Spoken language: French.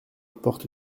porte